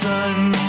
sun